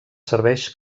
serveix